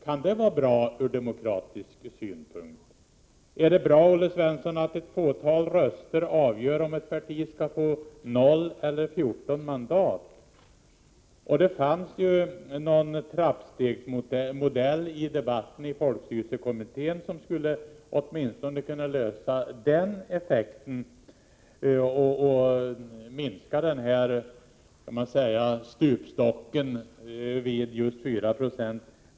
Kan detta vara bra ur demokratisk synpunkt? Är det bra, Olle Svensson, att ett fåtal röster avgör huruvida ett parti skall få 0 eller 14 mandat? I den debatt som fördes inom folkstyrelsekommittén förekom ju förslag om någon sorts trappstegsmodell som åtminstone skulle kunna komma till rätta med åtminstone den effekten och ta bort denna, låt mig säga, stupstock vid just 4 26.